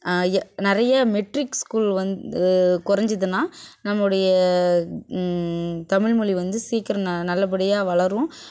நிறைய matrics school வந்து குறைஞ்சுதுனால் நம்மளுடைய தமிழ்மொழி வந்து சீக்கிரம் நல்லபடியாக வளரும்